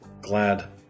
glad